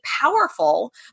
powerful